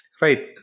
right